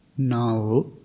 Now